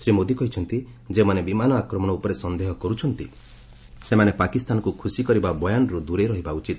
ଶ୍ରୀ ମୋଦି କହିଛନ୍ତି ଯେଉଁମାନେ ବିମାନ ଆକ୍ରମଣ ଉପରେ ସନ୍ଦେହ କରୁଛନ୍ତି ସେମାନେ ପାକିସ୍ତାନକୁ ଖୁସି କରିବା ବୟାନରୁ ଦୂରେଇ ରହିବା ଭଚିତ